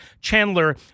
Chandler